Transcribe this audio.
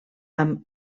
amb